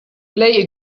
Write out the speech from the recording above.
play